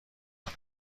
کنه